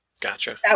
gotcha